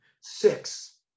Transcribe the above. Six